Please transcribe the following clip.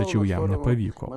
tačiau jam nepavyko